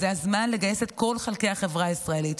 זה הזמן לגייס את כל חלקי החברה הישראלית.